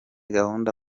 gahunda